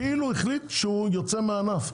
החליט שהוא יוצא מהענף,